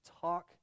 talk